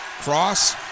Cross